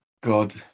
God